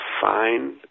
find